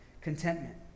contentment